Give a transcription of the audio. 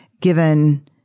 given